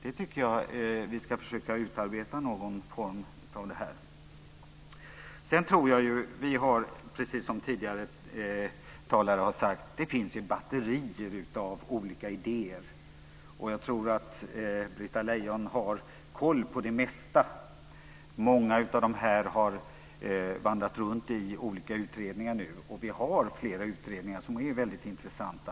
Det tycker jag att vi ska försöka utarbeta någon form för. Precis som tidigare talare har sagt så finns det batterier av olika idéer. Jag tror att Britta Lejon har koll på det mesta. Många av idéerna har vandrat runt i olika utredningar nu. Vi har flera utredningar som är väldigt intressanta.